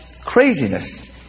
craziness